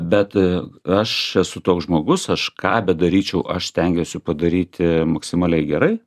bet aš esu toks žmogus aš ką bedaryčiau aš stengiuosi padaryti maksimaliai gerai